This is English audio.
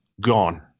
Gone